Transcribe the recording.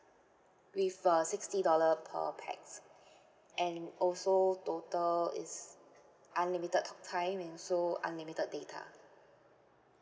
with uh sixty dollar per pax and also total is unlimited talk time and also unlimited data